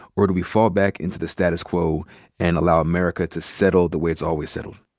or do we fall back into the status quo and allow america to settle the way it's always settled?